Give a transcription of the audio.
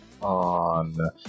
on